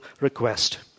request